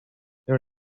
there